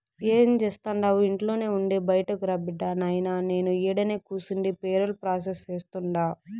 ఏం జేస్తండావు ఇంట్లోనే ఉండి బైటకురా బిడ్డా, నాయినా నేను ఈడనే కూసుండి పేరోల్ ప్రాసెస్ సేస్తుండా